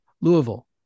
Louisville